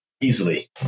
easily